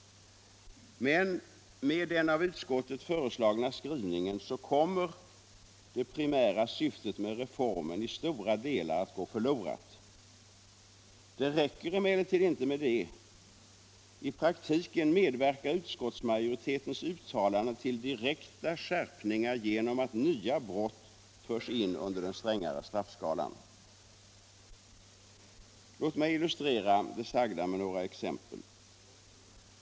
Med den av utskottet föreslagna skrivningen kommer det primära syftet med reformen i stora delar att gå förlorat. Det räcker emellertid inte med detta. I praktiken medverkar utskottsmajoritetens uttalanden till direkta skärpningar genom att nya brott förs in under den strängare straffskalan. Låt mig illustrera det sagda med några exempel.